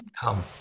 come